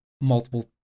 multiple